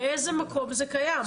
באיזה מקום זה קיים?